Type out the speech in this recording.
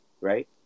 right